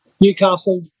Newcastle